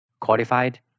qualified